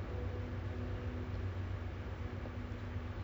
I I actually I